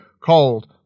called